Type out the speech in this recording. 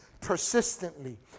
persistently